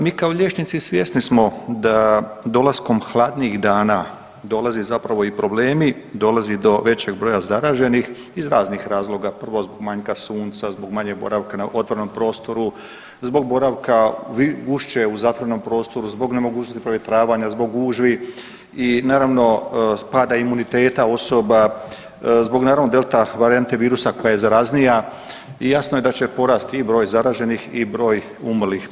Mi kao liječnici svjesni smo da dolaskom hladnijih dana dolazi zapravo i problemi, dolazi do većeg broja zaraženih iz razloga, prvo, manjka sunca, zbog manjeg boravka na otvorenom prostoru, zbog boravka gušće u zatvorenom prostoru, zbog nemogućnosti provjetravanja, zbog gužvi i naravno, pada imuniteta osoba, zbog, naravno, delta varijante virusa koja je zaraznija i jasno je da će porasti i broj zaraženih i broj umrlih.